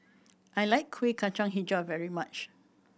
I like Kueh Kacang Hijau very much